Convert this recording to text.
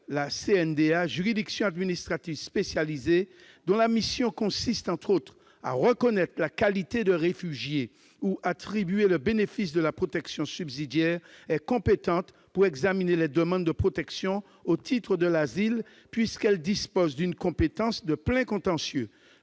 la CNDA, juridiction administrative spécialisée dont la mission consiste, entre autres, à reconnaître la qualité de réfugié ou à attribuer le bénéfice de la protection subsidiaire, est compétente pour examiner les demandes de protection au titre de l'asile, puisqu'elle dispose d'une compétence de plein contentieux.